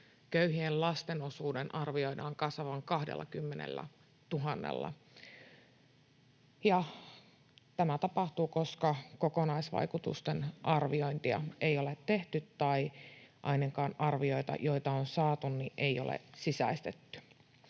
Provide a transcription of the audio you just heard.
Köyhien lasten osuuden arvioidaan kasvavan 20 000:lla. Tämä tapahtuu, koska kokonaisvaikutusten arviointia ei ole tehty tai ainakaan arvioita, joita on saatu, ei ole sisäistetty.